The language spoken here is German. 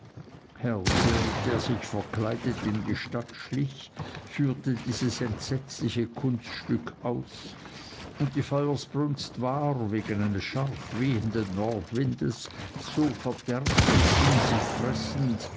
herse der sich verkleidet in die stadt schlich führte dieses entsetzliche kunststück aus und die feuersbrunst war wegen eines scharf wehenden nordwindes so verderblich und um sich fressend